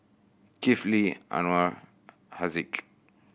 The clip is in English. Kifli Anuar Haziq